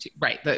right